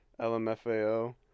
LMFAO